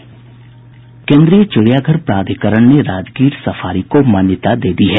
केन्द्रीय चिड़ियाघर प्राधिकरण ने राजगीर सफारी को मान्यता दे दी है